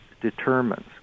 determines